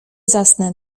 zasnę